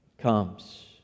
comes